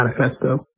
Manifesto